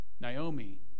Naomi